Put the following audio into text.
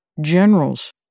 generals